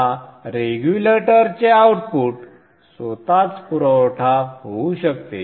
आता रेग्युलेटरचे आउटपुट स्वतःच पुरवठा होऊ शकते